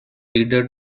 reader